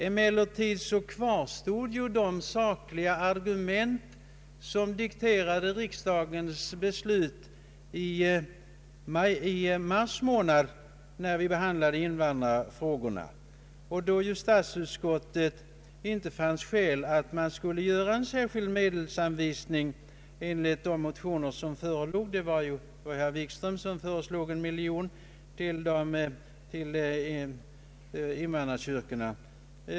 Emellertid kvarstod de sakliga argument som dikterade riksdagens beslut i mars månad, då vi behandlade invandrarfrågorna och då statsutskottet inte fann skäl att göra en särskild medelsanvisning enligt de motioner som förelåg — herr Wikström hade föreslagit en miljon kronor till invandrarkyrkorna.